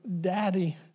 daddy